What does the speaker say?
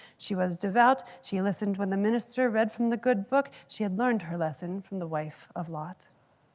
she was devout. she listened when the minister read from the good book. she had learned her lesson from the wife of lot.